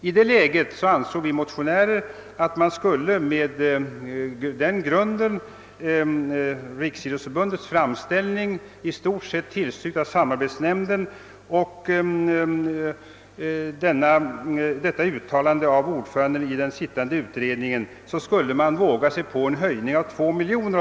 I det läget ansåg vi motionärer att vi kunde — med Riksidrottsförbundets framställning, i stort sett tillstyrkt av samarbetsnämnden, och med detta uttalande av ordföranden i den sittande utredningen — våga oss på åtminstone en höjning med 2 miljoner.